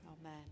Amen